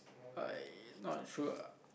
I not sure